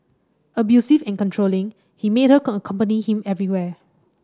abusive and controlling he made her accompany him everywhere